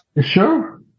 Sure